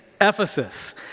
Ephesus